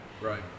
right